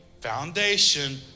foundation